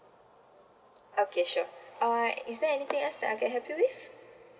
okay sure uh is there anything else that I can help you with